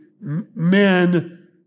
Men